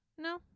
No